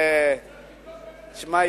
שמע,